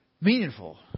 meaningful